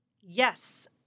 Yes